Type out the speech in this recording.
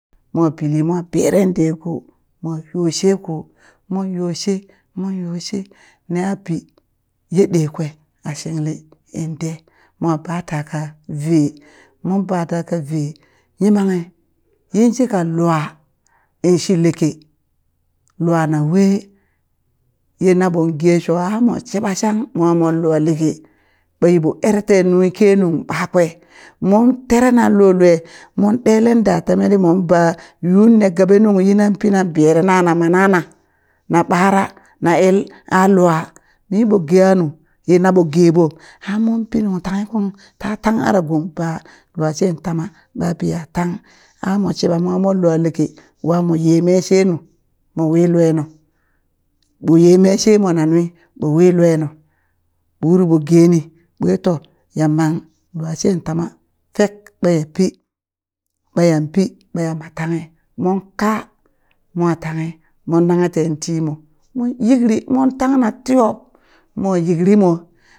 Mo pili mon beren ɗe ko mo yoshe ko mon yoshe mon yoshe neha pii ye de kwe a shinglinin dee mo baa taka vee mon baa taka vee yimanghe yinshikan lua inshi leke luana we ye naɓo gesho an mo shiɓa shang mwa mon lua leke ɓa yiɓo ere ten nunghi kenung ɓakwe mon tere nan lo lue mon ɗelen da temetɗi mon baa yu ne gaɓe nung yi nan pi nan bere na na ma nana na ɓara na ill a lua miɓo geha nu ye naɓo geɓo an mun pi nung tanghe kung ta tang ara gon ba luashe tama ɓa piha tang a mo shiɓa mwa mon lua leke wa mo ye meshe nu mo wi lue nu ɓo ye meshe monanui ɓo wi lue nu ɓo wuri ɓo geni ɓwe to ya mang lua shen tama fek ɓaya pi ɓayan pi ɓaya ma tanghe mon ka mwa tanghe mon naghe ten timo mon yikri mon tangna tiyob mo yikri mwa